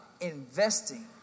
investing